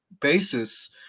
basis